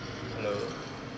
hello